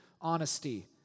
honesty